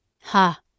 Ha